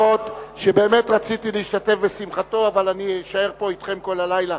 שבאמת רציתי להשתתף בשמחתו אבל אני אשאר פה אתכם כל הלילה.